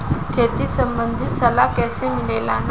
खेती संबंधित सलाह कैसे मिलेला?